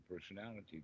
personality